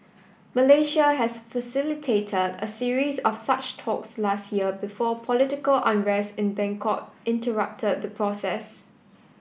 Malaysia has facilitated a series of such talks last year before political unrest in Bangkok interrupted the process